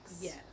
Yes